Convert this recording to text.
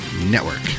network